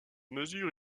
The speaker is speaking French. mesure